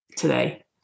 today